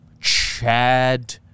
Chad